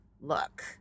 look